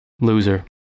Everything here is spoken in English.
loser